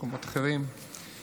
במקומות אחרים בדרום.